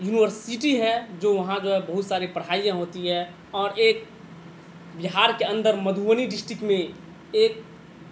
university ہے جو وہاں جو ہے بہت ساری پڑھائیاں ہوتی ہے اور ایک بہار کے اندر مدھبنی ڈسٹرکٹ میں ایک